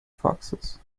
foxes